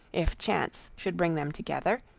if chance should bring them together,